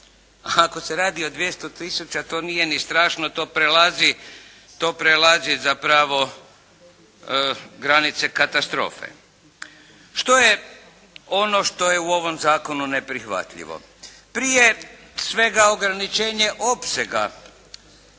ako se radi o 200 tisuća, to nije ni strašno, to prelazi zapravo granice katastrofe. Što je ono što je u ovom zakonu neprihvatljivo? Prije svega ograničenje opsega